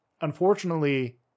unfortunately